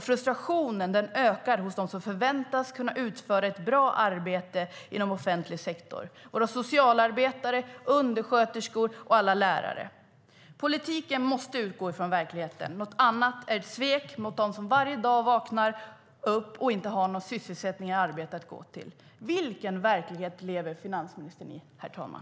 Frustrationen ökar hos dem som förväntas kunna utföra ett bra arbete inom offentlig sektor: socialarbetare, undersköterskor och alla lärare. Politiken måste utgå från verkligheten. Något annat är ett svek mot dem som varje dag vaknar och inte har någon sysselsättning eller något arbete att gå till. Vilken verklighet lever finansministern i, herr talman?